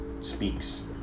speaks